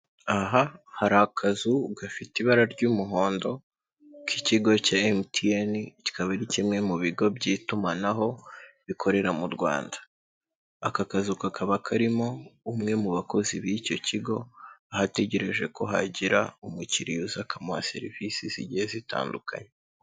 Aha hari akazu gafite ibara ry'umuhondo k'ikigo cya MTN, kikaba ari kimwe mu bigo by'itumanaho bikorera mu Rwanda, aka kazu kakaba karimo umwe mu bakozi b'icyo kigo, aho ategereje ko hagira umukiriya uza akamuha serivisi zigiye zitandukanye.